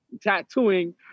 tattooing